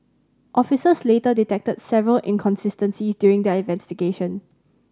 officers later detected several inconsistencies during their investigation